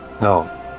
no